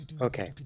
Okay